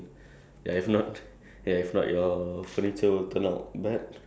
avoided by just following okay um like those IKEA furnitures